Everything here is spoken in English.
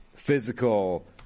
physical